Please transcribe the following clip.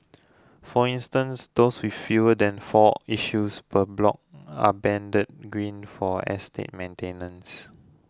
for instance those with fewer than four issues per block are banded green for estate maintenance